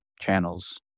channels